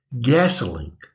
gasoline